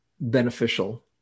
beneficial